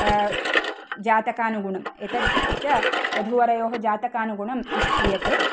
जातकानुगुणम् एतत् च वधूवरयोः जातकानुगुणं निश्चीयते